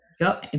Go